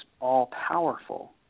all-powerful